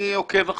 אני אומר לה